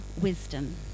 wisdom